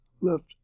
left